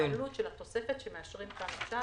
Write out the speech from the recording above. העלות של התוספת שמאשרים כאן עכשיו,